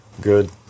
good